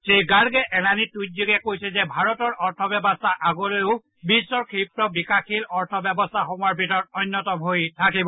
শ্ৰীগাৰ্গে এলানি টুইটযোগে কৈছে যে ভাৰতৰ অৰ্থ ব্যৱস্থা আগলৈও বিশ্বৰ ক্ষীপ্ৰ বিকাশশীল অৰ্থ ব্যৱস্থাসমূহৰ ভিতৰত অন্যতম হৈ থাকিব